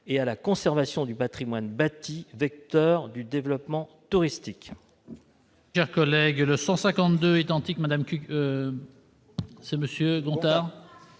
et à la conservation du patrimoine bâti, vecteur du développement touristique.